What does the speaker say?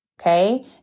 Okay